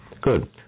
Good